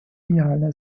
генеральной